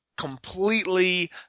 completely